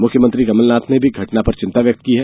मुख्यमंत्री कमलनाथ ने भी घटना पर चिंता व्यक्त की है